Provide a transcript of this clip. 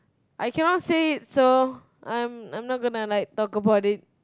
I cannot say it so I'm I'm I'm not gonna talk about it